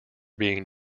being